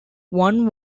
one